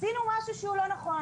הילדים גם לא חזרו לבית הספר.